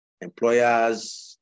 employers